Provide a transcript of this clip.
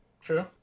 true